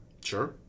Sure